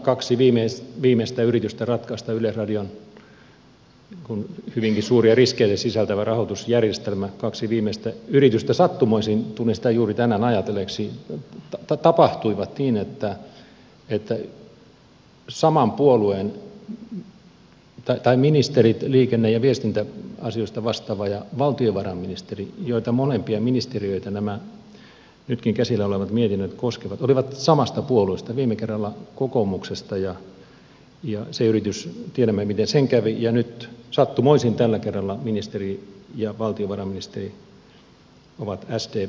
kaksi viimeistä yritystä ratkaista yleisradion hyvinkin suuria riskejä sisältävä rahoitusjärjestelmä sattumoisin tulin sitä juuri tänään ajatelleeksi tapahtuivat niin että ministerit liikenne ja viestintäasioista vastaava ja valtiovarainministeri joiden ministeriöitä molempia nämä nytkin käsillä olevat mietinnöt koskevat olivat samasta puolueesta viime kerralla kokoomuksesta ja tiedämme miten sen yrityksen kävi ja nyt sattumoisin tällä kerralla ministeri ja valtiovarainministeri ovat sdpstä